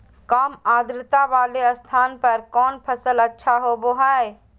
काम आद्रता वाले स्थान पर कौन फसल अच्छा होबो हाई?